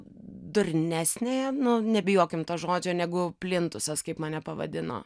durnesnė nu nebijokim to žodžio negu plintusas kaip mane pavadino